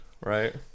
right